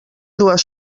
dues